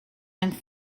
and